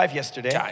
yesterday